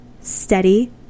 Steady